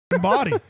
body